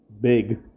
big